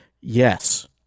Yes